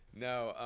no